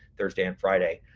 thursday, and friday.